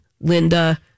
Linda